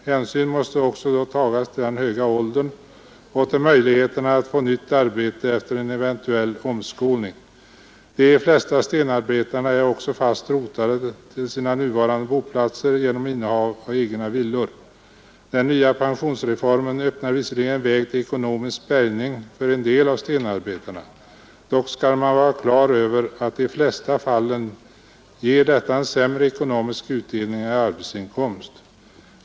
Hänsyn måste också då tagas till den höga åldern och till möjligheterna att få nytt arbete efter en eventuell omskolning. De flesta stenarbetarna är också fast rotade till sina nuvarande boplatser genom innehav av egna villor. Den nya pensionsreformen öppnar visserligen en väg till ekonomisk bärgning för en del av stenarbetarna. Dock skall man vara klar över att i de flesta fallen ger detta en sämre ekonomisk utdelning än arbetsinkomst.